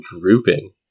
drooping